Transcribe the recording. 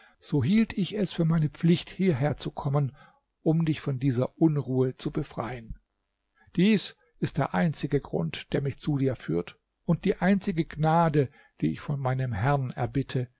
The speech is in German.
so hielt ich es für meine pflicht hierher zu kommen um dich von dieser unruhe zu befreien dies ist der einzige grund der mich zu dir führt und die einzige gnade die ich von meinem herrn erbitte